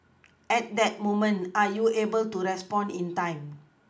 at that moment are you able to respond in time